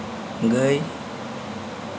ᱜᱟᱹᱭ